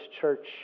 church